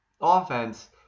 offense